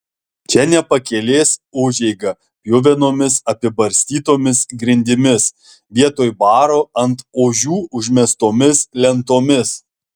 čia ne pakelės užeiga pjuvenomis apibarstytomis grindimis vietoj baro ant ožių užmestomis lentomis